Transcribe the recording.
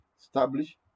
establish